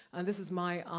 and this is my,